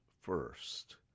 First